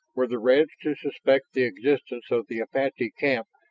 were the reds to suspect the existence of the apache camp,